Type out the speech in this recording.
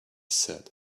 said